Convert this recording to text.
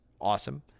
Awesome